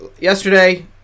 yesterday